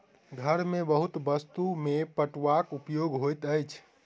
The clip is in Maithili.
घर के बहुत वस्तु में पटुआक उपयोग होइत अछि